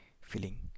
feeling